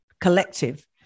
collective